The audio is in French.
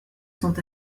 sont